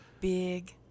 big